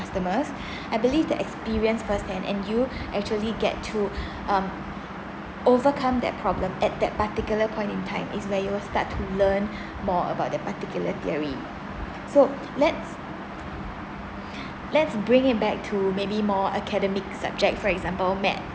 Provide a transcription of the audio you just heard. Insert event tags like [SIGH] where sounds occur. customers [BREATH] I believe the experience first hand and you actually get to [BREATH] um overcome that problem at that particular point in time isn't you will start to learn [BREATH] more about that particular theory so let's [BREATH] let's bring it back to maybe more academic subject for example math